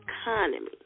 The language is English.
Economy